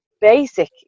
basic